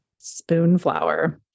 Spoonflower